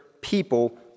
people